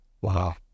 wow